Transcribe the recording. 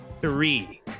three